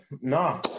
No